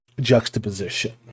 juxtaposition